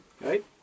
Right